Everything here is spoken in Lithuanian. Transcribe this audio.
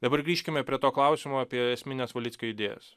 dabar grįžkime prie to klausimo apie esmines valickio idėjas